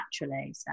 naturally